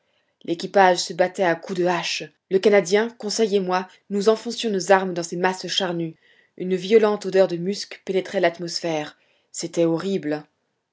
l'équipage se battait à coups de hache le canadien conseil et moi nous enfoncions nos armes dans ces masses charnues une violente odeur de musc pénétrait l'atmosphère c'était horrible